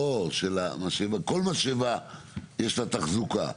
לא, לכל משאבה יש תחזוקה.